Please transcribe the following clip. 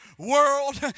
world